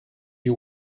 you